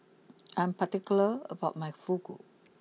I'm particular about my Fugu